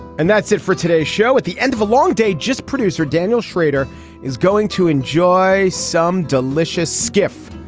and that's it for today show at the end of a long day. just producer daniel schrader is going to enjoy some delicious skiff.